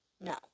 No